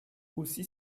aussi